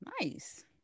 Nice